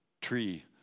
tree